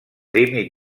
límit